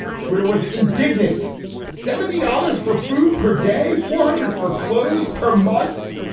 twitter was indignant seventy dollars for food per day four hundred for clothes per month.